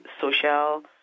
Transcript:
social